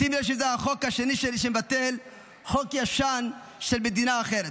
שים לב שזה החוק השני שלי שמבטל חוק ישן של מדינה אחרת.